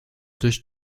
durch